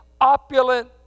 opulent